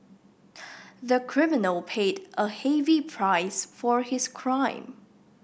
the criminal paid a heavy price for his crime